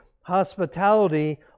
hospitality